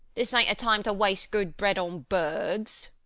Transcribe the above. this ain't a time to waste good bread on birds.